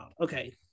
okay